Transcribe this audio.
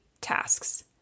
tasks